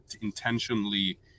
intentionally